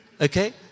Okay